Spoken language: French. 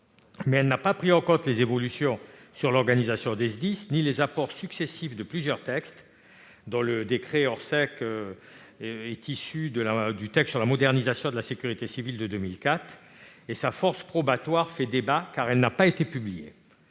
ne prend toutefois en compte les évolutions de l'organisation des SDIS ni les apports successifs de plusieurs textes, dont le décret Orsec issu de la loi de modernisation de la sécurité civile de 2004. En outre, sa force probatoire fait débat, car elle n'a pas été publiée.